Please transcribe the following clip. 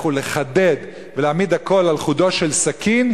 ולחדד ולהעמיד הכול על חודו של סכין,